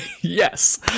yes